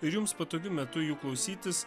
ir jums patogiu metu jų klausytis